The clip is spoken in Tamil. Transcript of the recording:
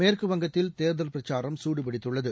மேற்குவங்கத்தில் தேர்தல் பிரச்சாரம் சூடுபிடித்துள்ளது